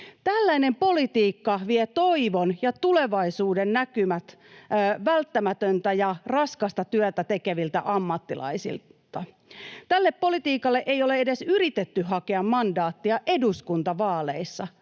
Tällainen politiikka vie toivon ja tulevaisuudennäkymät välttämätöntä ja raskasta työtä tekeviltä ammattilaisilta. Tälle politiikalle ei ole edes yritetty hakea mandaattia eduskuntavaaleissa,